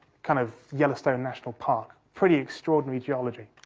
kind of, yellowstone national park, pretty extraordinary geology.